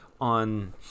on